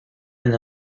and